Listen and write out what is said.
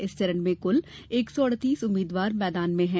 इस चरण में कल एक सौ अड़तीस उम्मीद्वार मैदान में हैं